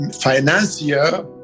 financier